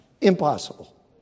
Impossible